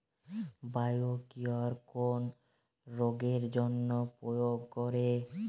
Biocure কোন রোগেরজন্য প্রয়োগ করে?